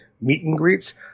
meet-and-greets